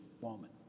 woman